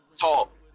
talk